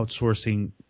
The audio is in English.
outsourcing